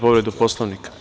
Povreda Poslovnika.